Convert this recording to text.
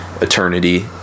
*Eternity*